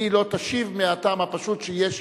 היא לא תשיב מהטעם הפשוט שיש,